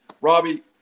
Robbie